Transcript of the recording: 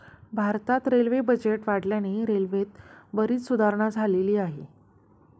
भारतात railway budget वाढल्याने रेल्वेत बरीच सुधारणा झालेली आहे